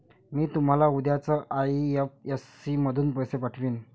मी तुम्हाला उद्याच आई.एफ.एस.सी मधून पैसे पाठवीन